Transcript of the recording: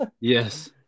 Yes